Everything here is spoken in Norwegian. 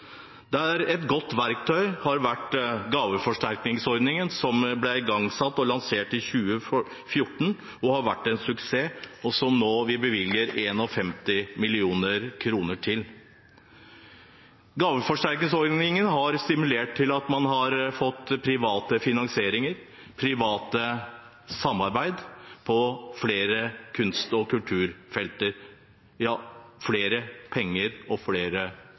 et godt verktøy har vært gaveforsterkningsordningen som ble igangsatt og lansert i 2014 og har vært en suksess, og som vi nå bevilger 51 mill. kr til. Gaveforsterkningsordningen har stimulert til at man har fått privat finansiering, privat samarbeid på flere kunst- og kulturfelter, ja flere penger og flere